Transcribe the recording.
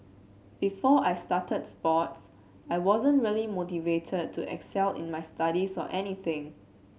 before I started sports I wasn't really motivated to excel in my studies or anything